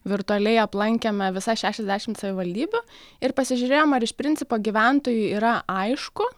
virtualiai aplankėme visas šešiasdešim savivaldybių ir pasižiūrėjom ar iš principo gyventojui yra aišku